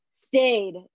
stayed